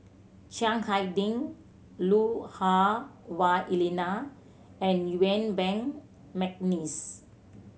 Chiang Hai Ding Lui Hah Wah Elena and Yuen Peng McNeice